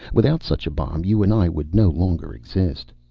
without such a bomb you and i would no longer exist.